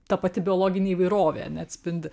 ta pati biologinė įvairovė ane atspindi